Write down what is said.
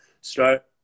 start